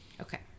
Okay